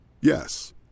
Yes